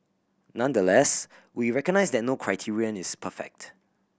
nonetheless we recognise that no criterion is perfect